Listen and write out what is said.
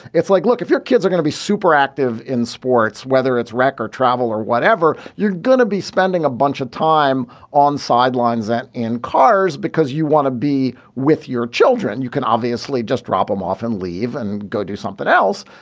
it's like look if your kids are gonna be super active in sports whether it's record travel or whatever you're going to be spending a bunch of time on sidelines that in cars because you want to be with your children. you can obviously just drop them off and leave and go do something else.